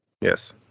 Yes